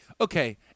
okay